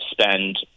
spend